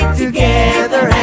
together